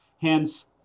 Hence